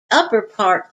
upperparts